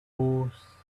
horse